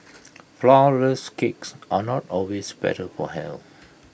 Flourless Cakes are not always better for health